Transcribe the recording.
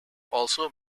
also